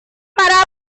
para